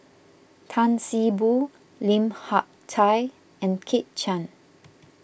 Tan See Boo Lim Hak Tai and Kit Chan